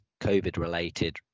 COVID-related